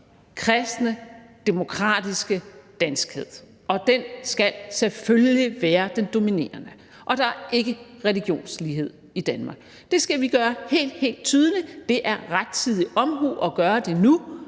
kristne, demokratiske danskhed, og den skal selvfølgelig være den dominerende. Og der er ikke religionslighed i Danmark. Det skal vi gøre helt, helt tydeligt. Det er rettidig omhu at gøre det nu,